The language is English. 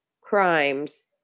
crimes